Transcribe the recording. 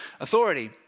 authority